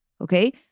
Okay